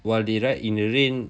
while they ride in the rain